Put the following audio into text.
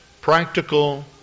practical